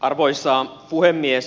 arvoisa puhemies